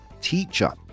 teacher